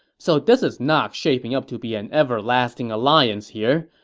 so this is not shaping up to be an everlasting alliance here,